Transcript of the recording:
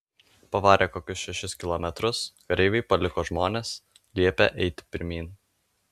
pavarę kokius šešis kilometrus kareiviai paliko žmones liepę eiti pirmyn